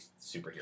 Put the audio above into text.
superhero